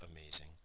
amazing